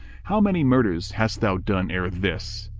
how many murders hast thou done ere this?